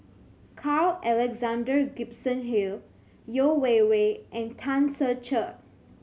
Carl Alexander Gibson Hill Yeo Wei Wei and Tan Ser Cher